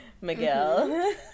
Miguel